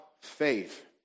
faith